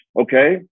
Okay